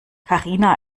karina